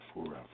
forever